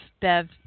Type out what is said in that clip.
Bev